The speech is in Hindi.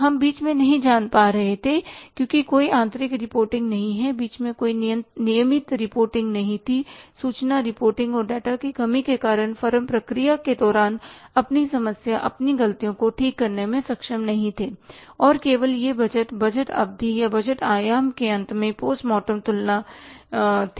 हम बीच में नहीं जान पा रहे थे क्योंकि कोई आंतरिक रिपोर्टिंग नहीं है बीच में कोई नियमित रिपोर्टिंग नहीं थी और सूचना रिपोर्टिंग और डेटा की कमी के कारण फर्म प्रक्रिया के दौरान अपनी समस्या अपनी ग़लतियों को ठीक करने में सक्षम नहीं थे और केवल यह बजट बजट अवधि या बजट आयाम के अंत में पोस्टमॉर्टम तुलना थी